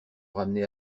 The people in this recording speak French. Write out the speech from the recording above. ramener